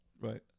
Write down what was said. Right